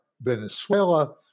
venezuela